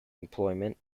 employment